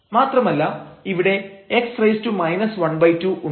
മാത്രമല്ല ഇവിടെ x ½ ഉണ്ട്